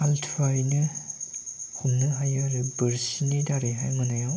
आलथुवायैनो हमनो हायो आरो बोरसिनि दारैहाय मोनायाव